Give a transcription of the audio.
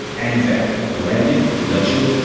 anzac the landing, the legend,